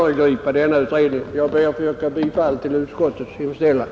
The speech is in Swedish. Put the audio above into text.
Jag ber, herr talman, att få yrka bifall till utskottets hemställan.